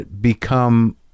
become